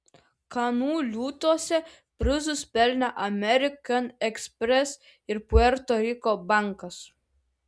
kanų liūtuose prizus pelnė amerikan ekspres ir puerto riko bankas